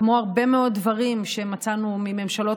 כמו הרבה מאוד דברים שמצאנו מממשלות